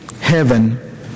heaven